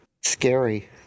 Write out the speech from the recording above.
scary